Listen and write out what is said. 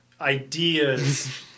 ideas